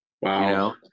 Wow